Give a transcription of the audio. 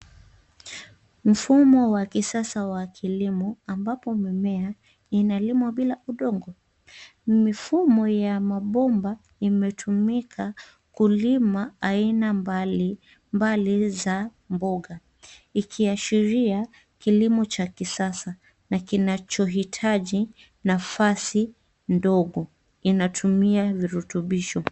Mfumo wa kisasa wa kilimo ambapo mimea inalimwa bila udongo. Mifumo ya mabomba inetumika kulima aina mbali mbali za mboga ikiashiria kilimo cha kisasa na kinacho hitaji nafasi ndogo inatumia virutubisho.